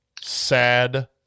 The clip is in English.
Sad